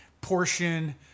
portion